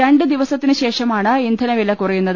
രണ്ട് ദിവസത്തിനുശേഷമാണ് ഇന്ധനവില കുറയുന്നത്